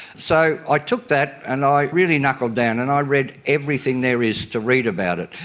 so i took that and i really knuckled down and i read everything there is to read about it,